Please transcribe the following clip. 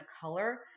color